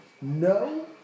No